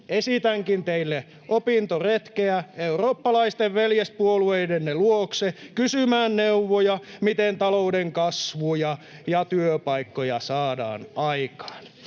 Esitänkin teille opintoretkeä eurooppalaisten veljespuolueidenne luokse kysymään neuvoja, miten talouden kasvua ja työpaikkoja saadaan aikaan.